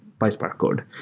pyspark code.